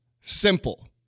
simple